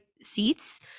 seats